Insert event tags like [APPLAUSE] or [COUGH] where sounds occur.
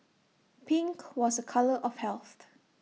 pink was A colour of health [UNINTELLIGIBLE]